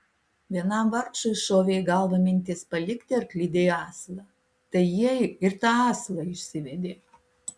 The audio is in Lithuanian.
vienam vargšui šovė į galvą mintis palikti arklidėje asilą tai jie ir tą asilą išsivedė